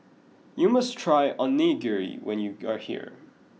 you must try Onigiri when you are here